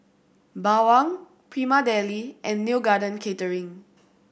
Bawang Prima Deli and Neo Garden Catering